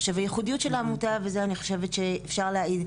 הייחודיות של העמותה ועל זה אני חושבת שאפשר להעיד,